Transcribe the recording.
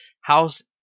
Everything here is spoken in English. House